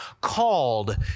called